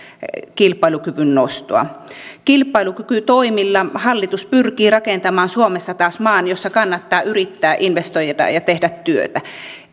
kilpailukyvyn nostoa kilpailukykytoimilla hallitus pyrkii rakentamaan suomesta taas maan jossa kannattaa yrittää investoida ja tehdä työtä